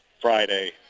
Friday